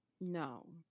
no